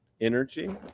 energy